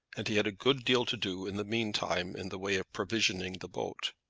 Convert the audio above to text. and he had a good deal to do in the meantime in the way of provisioning the boat.